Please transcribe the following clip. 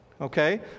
Okay